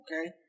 Okay